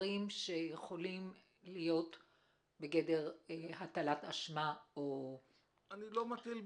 הכוכבית של שאול תהיה כוכבית מפגעים, לא כוכבית